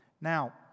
Now